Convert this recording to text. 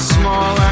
small